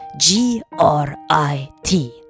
G-R-I-T